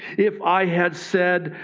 if i had said,